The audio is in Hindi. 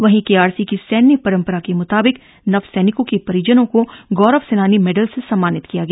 वहीं केआरसी की सैन्य परंपरा के मुताबिक नवसैनिकों के परिजनों को गौरव सेनानी मेडल से सम्मानित किया गया